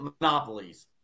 monopolies